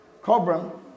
Cobram